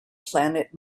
planet